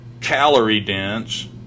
calorie-dense